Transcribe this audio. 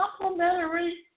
complementary